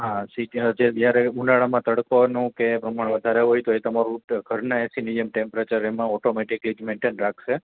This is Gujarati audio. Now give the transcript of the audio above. હાં સિઝન અત્યારે જ્યારે ઉનાળામાં તડકોનું કે એ પ્રમાણે વધારે હોય તો એ તમારું ઘરના એસીની જેમ ટેમ્પરેચર એમાં ઓટોમેટિક ઈ જ મેન્ટેન રાખશે